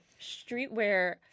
streetwear